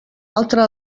altre